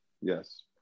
Yes